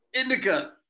indica